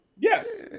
Yes